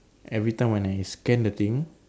every time when I scan the thing